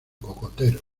cocoteros